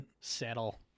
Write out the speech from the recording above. settle